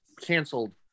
canceled